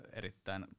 erittäin